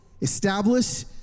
establish